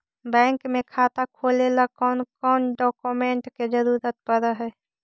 Bank में खाता खोले ल कौन कौन डाउकमेंट के जरूरत पड़ है?